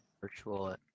virtual